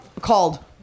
called